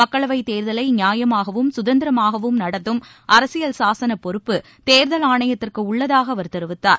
மக்களவைத் தேர்தலை நியாயமாகவும் சுதந்திரமாகவும் நடத்தும் அரசியல் சாசன பொறுப்பு தேர்தல் ஆணையத்திற்கு உள்ளதாக அவர் தெரிவித்தார்